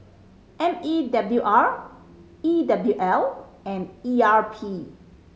M E W R E W L and E R P